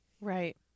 Right